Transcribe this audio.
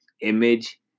Image